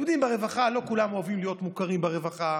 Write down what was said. אתם יודעים, לא כולם אוהבים להיות מוכרים ברווחה.